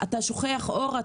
אתה שוכח אור,